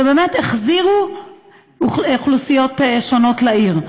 שבאמת החזירו אוכלוסיות שונות לעיר,